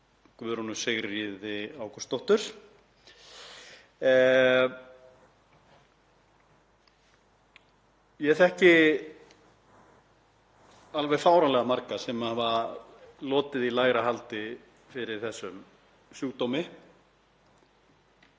Guðrúnu Sigríði Ágústsdóttur. Ég þekki alveg fáránlega marga sem hafa lotið í lægra haldi fyrir þessum sjúkdómi.